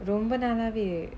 ரொம்ப நாளவேய:romba naalaavaeya